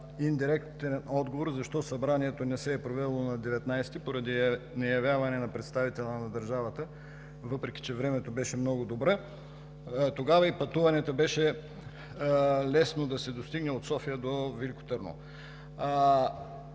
индиректен отговор защо събранието не се е провело на 19-и, поради неявяване на представителя на държавата, въпреки, че времето беше много добро, тогава и пътуването беше лесно – да се достигне от София до Велико Търново.